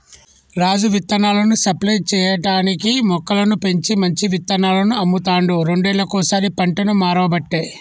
రాజు విత్తనాలను సప్లై చేయటానికీ మొక్కలను పెంచి మంచి విత్తనాలను అమ్ముతాండు రెండేళ్లకోసారి పంటను మార్వబట్టే